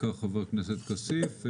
בעיקר חבר הכנסת כסיף.